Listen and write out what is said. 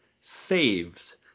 saved